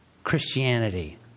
Christianity